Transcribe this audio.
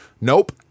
Nope